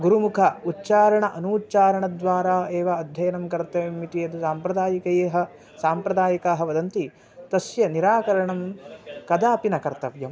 गुरुमुख उच्चारण अनूच्चारणद्वारा एव अध्ययनं कर्तव्यम् इति यत् साम्प्रदायिकैः साम्प्रदायिकाः वदन्ति तस्य निराकरणं कदापि न कर्तव्यम्